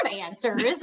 answers